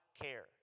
care